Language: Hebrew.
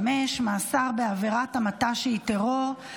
ענישה ודרכי טיפול) (תיקון מס' 25) (מאסר בעבירת המתה שהיא מעשה טרור),